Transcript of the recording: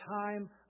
time